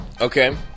Okay